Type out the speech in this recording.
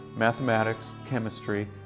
mathematics, chemistry,